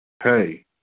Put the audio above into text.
Hey